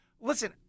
Listen